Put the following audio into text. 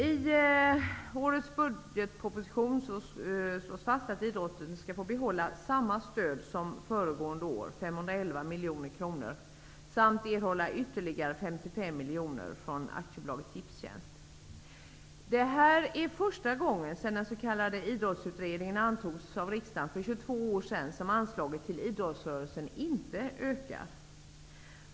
I årets budgetproposition slås fast att idrotten skall få behålla samma stöd som föregående år, 511 Det här är första gången sedan den s.k. Idrottsutredningen antogs av riksdagen för 22 år sedan som anslaget till idrottsrörelsen inte ökas.